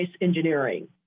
Engineering